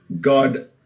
God